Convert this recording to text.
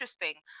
interesting